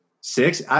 six